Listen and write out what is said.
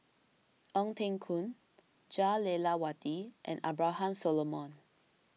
Ong Teng Koon Jah Lelawati and Abraham Solomon